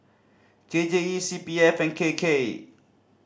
K J E C P F and K K